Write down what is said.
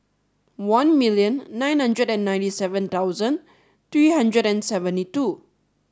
one million nine hundred and ninety seven thousand three hundred and seventy two